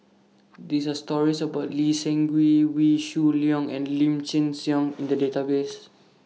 These Are stories about Lee Seng Gee Wee Shoo Leong and Lim Chin Siong in The databases